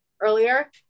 earlier